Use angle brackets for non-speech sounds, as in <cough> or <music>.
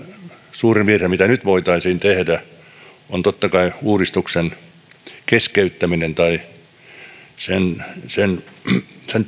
suurin virhe mitä nyt voitaisiin tehdä on totta kai uudistuksen keskeyttäminen tai sen sen <unintelligible>